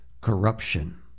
corruption